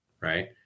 right